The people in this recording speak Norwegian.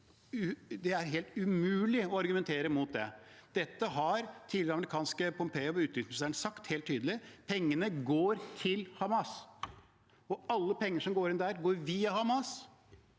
det er helt umulig å argumentere mot det. Dette har den tidligere amerikanske utenriksministeren Pompeo sagt helt tydelig: Pengene går til Hamas. Alle penger som går inn der, går via Hamas,